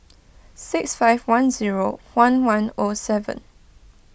six five one zero one one O seven